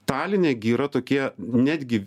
taline gi yra tokie netgi